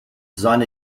seine